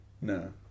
no